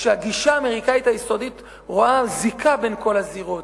כשהגישה האמריקנית היסודית רואה זיקה בין כל הזירות,